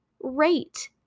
rate